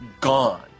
Gone